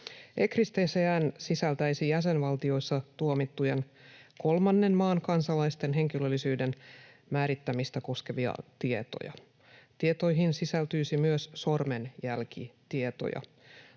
ECRIS-TCN sisältäisi jäsenvaltioissa tuomittujen kolmannen maan kansalaisten henkilöllisyyden määrittämistä koskevia tietoja. Tietoihin sisältyisi myös sormenjälkitietoja.